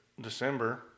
December